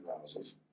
houses